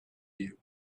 you